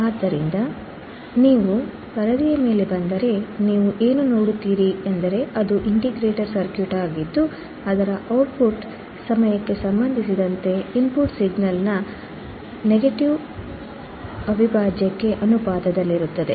ಆದ್ದರಿಂದ ನೀವು ಪರದೆಯ ಮೇಲೆ ಬಂದರೆ ನೀವು ಏನು ನೋಡುತ್ತೀರಿ ಎಂದರೆ ಅದು ಇಂಟಿಗ್ರೇಟರ್ ಸರ್ಕ್ಯೂಟ್ ಆಗಿದ್ದು ಅದರ output ಟ್ಪುಟ್ ಸಮಯಕ್ಕೆ ಸಂಬಂಧಿಸಿದಂತೆ ಇನ್ಪುಟ್ ಸಿಗ್ನಲ್ನ negative ಅವಿಭಾಜ್ಯಕ್ಕೆ ಅನುಪಾತದಲ್ಲಿರುತ್ತದೆ